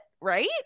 Right